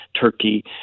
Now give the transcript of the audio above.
Turkey